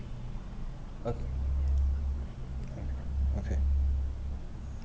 uh okay